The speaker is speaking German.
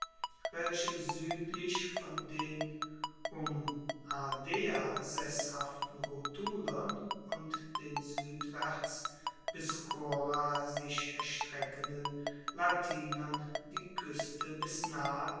welche suedlich von den um ardea sesshaften rutulern und den suedwaerts bis cora sich erstreckenden latinern die kueste bis nahe